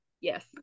Yes